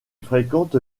fréquente